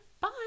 Bye